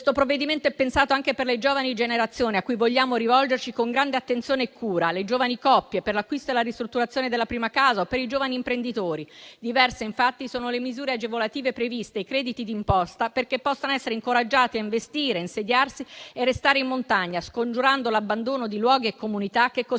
Questo provvedimento è pensato anche per le giovani generazioni, a cui vogliamo rivolgerci con grande attenzione e cura; le giovani coppie per l'acquisto e la ristrutturazione della prima casa o per i giovani imprenditori. Diverse, infatti, sono le misure agevolative previste e i crediti di imposta perché possano essere incoraggiati a investire, insediarsi e restare in montagna, scongiurando l'abbandono di luoghi e comunità che costituiscono